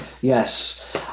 Yes